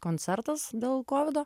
koncertas dėl kovido